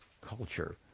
culture